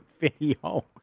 video